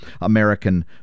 American